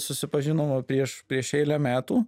susipažinom prieš prieš eilę metų